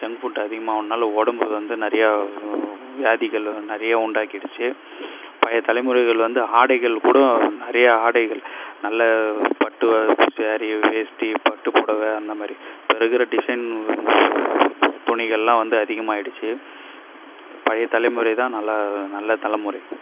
junk food அதிகமானால உடம்பு வந்து நிறைய வி வியாதிகளும் நிறைய உண்டாக்கிடுச்சு பழைய தலைமுறைகள் வந்து ஆடைகள் கூடம் நிறைய ஆடைகள் நல்ல பட்டு ஜரீ வேஷ்டி பட்டுப்புடவை அந்த மாரி இப்போ இருக்கிற டிசைன் துணிகள்லாம் வந்து அதிகமாயிடுச்சு பழைய தலைமுறை தான் நல்லா நல்ல தலைமுறை